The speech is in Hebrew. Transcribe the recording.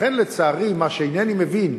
לכן, לצערי, מה שאינני מבין,